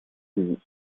visite